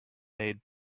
made